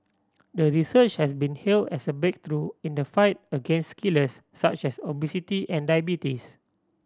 the research has been hailed as a breakthrough in the fight against killers such as obesity and diabetes